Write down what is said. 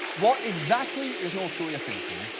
what, exactly, is north korea thinking?